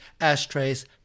ashtrays